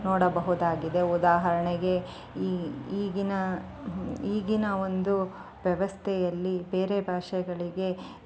ನೋಡಬಹುದಾಗಿದೆ ಉದಾಹರಣೆಗೆ ಈ ಈಗಿನ ಈಗಿನ ಒಂದು ವ್ಯವಸ್ಥೆಯಲ್ಲಿ ಬೇರೆ ಭಾಷೆಗಳಿಗೆ